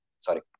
sorry